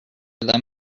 them